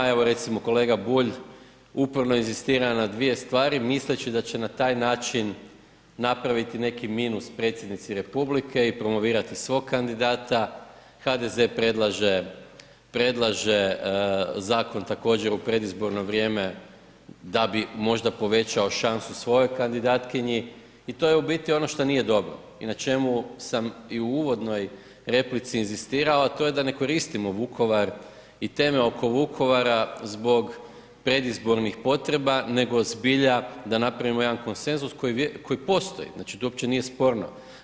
Evo recimo kolega Bulj uporno inzistira na dvije stvari misleći da će na taj način napraviti neki minus predsjednici Republike i promovirati svog kandidata, HDZ predlaže zakon također u predizborno vrijeme da bi možda povećao šansu svojoj kandidatkinji i to je u biti ono što nije dobro i na čemu sam i u uvodnoj replici inzistirao a to je da ne koristimo Vukovar i teme oko Vukovara zbog predizbornih potreba nego zbilja da napravimo jedan konsenzus koji postoji, znači to uopće nije sporno.